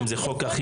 אם ספרתי